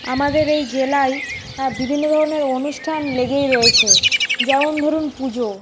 আমাদের এই জেলায় বিভিন্ন ধরনের অনুষ্ঠান লেগেই রয়েছে যেমন ধরুন পুজো